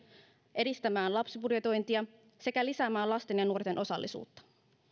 edistämään lapsibudjetointia sekä lisäämään lasten ja nuorten osallisuutta